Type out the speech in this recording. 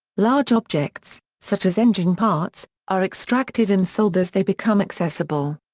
large objects, such as engine parts, are extracted and sold as they become accessible.